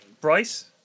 Bryce